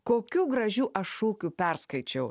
kokių gražių aš šūkių perskaičiau